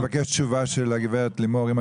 אני מבקש תשובה של גברת לימור לוריא,